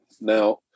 Now